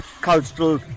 cultural